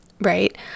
right